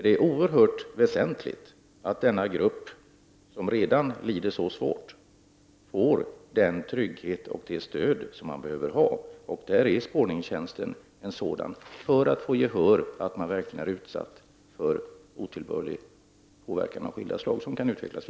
Det är oerhört väsentligt att denna grupp, som redan lider så svårt, får den trygghet och det stöd som den behöver ha. Bl.a. genom spårningstjänsten kan man hjälpa dessa människor som är utsatta för otillbörlig påverkan av olika slag.